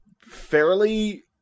fairly